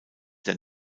der